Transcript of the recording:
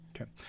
Okay